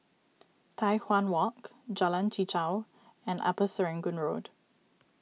Tai Hwan Walk Jalan Chichau and Upper Serangoon Road